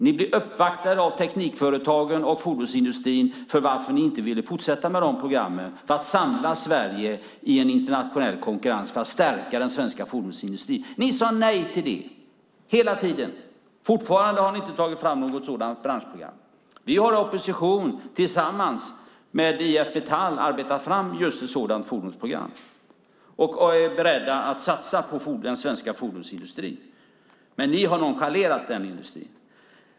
Ni blev uppvaktade av teknikföretagen och fordonsindustrin med frågan varför ni inte ville fortsätta med dessa program för att samla Sverige i en internationell konkurrens och stärka den svenska fordonsindustrin. Ni sade nej till det, hela tiden. Fortfarande har ni inte tagit fram något sådant branschprogram. Vi har i opposition, tillsammans med IF Metall, arbetat fram just ett sådant fordonsprogram och är beredda att satsa på den svenska fordonsindustrin. Men ni har nonchalerat denna industri.